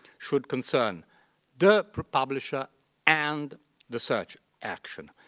should concern the publisher and the search action.